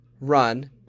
run